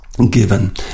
given